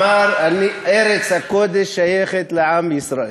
אמר: ארץ הקודש שייכת לעם ישראל.